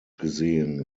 gesehen